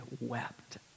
wept